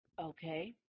Okay